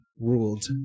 ruled